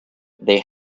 they